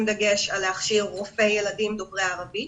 דגש על הכשרת רופאי ילדים דוברי ערבית.